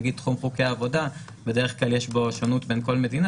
בתחום חוקי העבודה יש בדרך כלל שונות בין כל מדינה